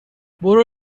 برو